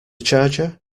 charger